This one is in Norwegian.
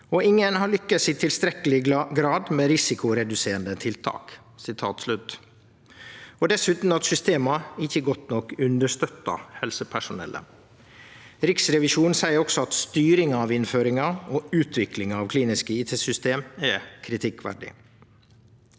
«[I]ngen har lykkes i tilstrekkelig grad med risikoreduserende tiltak.» I tillegg kjem at systema ikkje godt nok understøttar helsepersonellet. Riksrevisjonen seier også at styringa av innføringa og utviklinga av kliniske IT-system er kritikkverdig.